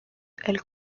elles